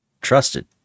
trusted